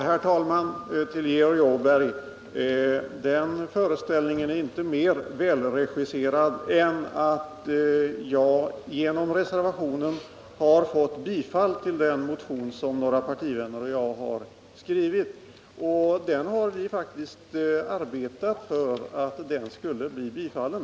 Herr talman! Till Georg Åberg vill jag säga att ”föreställningen” inte är särskilt välregisserad. Jag har tillsammans med några partivänner väckt den motion som tillstyrkts i reservationen, och vi har faktiskt också arbetat för att motionen skall bli bifallen.